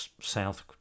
south